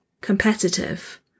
competitive